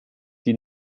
die